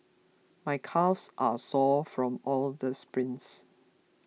my calves are sore from all the sprints